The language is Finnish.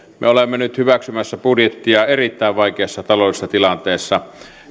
me olemme nyt hyväksymässä budjettia erittäin vaikeassa taloudellisessa tilanteessa